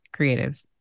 creatives